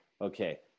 Okay